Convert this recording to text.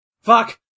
Fuck